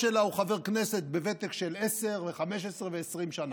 שלה הוא חבר כנסת בוותק של 10 ו-15 ו-20 שנה.